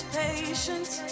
patience